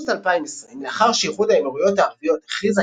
באוגוסט 2020 לאחר שאיחוד האמירויות הערביות הכריזה